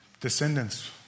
descendants